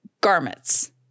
garments